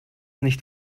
nicht